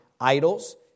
idols